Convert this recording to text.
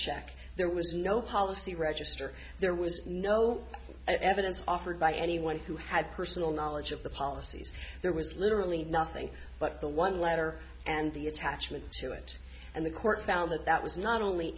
check there was no policy register there was no evidence offered by anyone who had personal knowledge of the policies there was literally nothing but the one letter and the attachment to it and the court found that that was not only